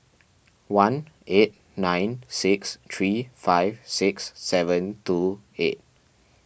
one eight nine six three five six seven two eight